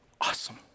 awesome